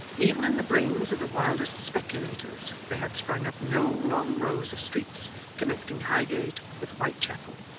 even in the brains of the wildest speculators, there had sprung up no long rows of streets connecting highgate with whitechapel,